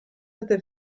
other